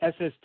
SST